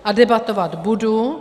A debatovat budu.